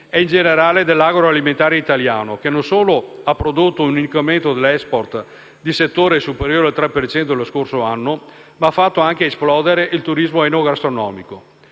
e, in generale, dell'agroalimentare italiano, che non solo ha prodotto un incremento dell'*export* di settore superiore al 3 per cento lo scorso anno, ma ha fatto anche esplodere il turismo enogastronomico.